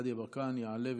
גדי יברקן, יעלה ויבוא.